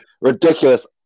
Ridiculous